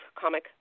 comic